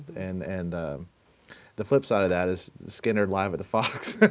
and and the flip side of that is skynyrd live at the fox.